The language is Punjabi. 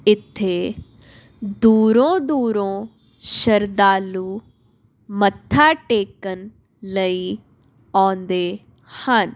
ਇੱਥੇ ਦੂਰੋਂ ਦੂਰੋਂ ਸ਼ਰਧਾਲੂ ਮੱਥਾ ਟੇਕਣ ਲਈ ਆਉਂਦੇ ਹਨ